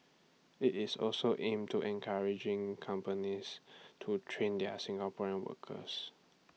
IT is also aimed to encouraging companies to train their Singaporean workers